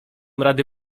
rady